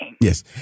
Yes